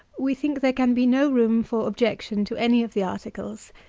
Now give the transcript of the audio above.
we think there can be no room for objection to any of the articles.